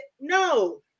No